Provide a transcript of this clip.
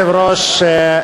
כבוד היושב-ראש,